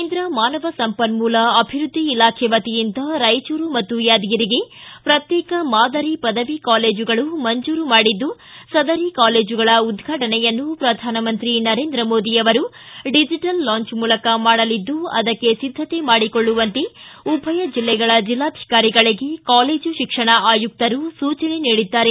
ಕೇಂದ್ರ ಮಾನವ ಸಂಪನ್ಮೂಲ ಅಭಿವೃದ್ದಿ ಇಲಾಖೆ ವತಿಯಿಂದ ರಾಯಚೂರು ಮತ್ತು ಯಾದಗಿರಿಗೆ ಪ್ರಕ್ಶೇಕ ಮಾದರಿ ಪದವಿ ಕಾಲೇಜುಗಳು ಮಂಜೂರು ಮಾಡಿದ್ದು ಸದರಿ ಕಾಲೇಜುಗಳ ಉದ್ಘಾಟನೆಯನ್ನು ಪ್ರಧಾನಮಂತ್ರಿ ನರೇಂದ್ರ ಮೋದಿ ಅವರು ಡಿಜಿಬಲ್ ಲಾಂಜ್ ಮೂಲಕ ಮಾಡಲಿದ್ದು ಅದಕ್ಷೆ ಸಿದ್ದತೆ ಮಾಡಿಕೊಳ್ಳುವಂತೆ ಉಭಯ ಜಿಲ್ಲೆಯ ಜಿಲ್ಲಾಧಿಕಾರಿಗಳಿಗೆ ಕಾಲೇಜು ಶಿಕ್ಷಣ ಆಯುಕ್ತರು ಸೂಚನೆ ನೀಡಿದ್ದಾರೆ